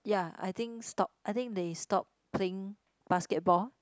ya I think stop I think they stop playing basketball